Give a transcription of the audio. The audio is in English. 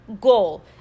goal